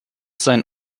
sein